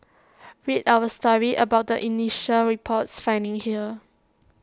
read our story about the initial report's findings here